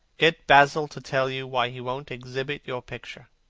get basil to tell you why he won't exhibit your picture.